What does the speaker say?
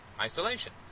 isolation